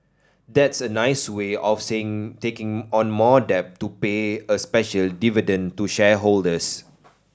that's a nice way of saying taking on more debt to pay a special dividend to shareholders